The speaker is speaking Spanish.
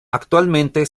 actualmente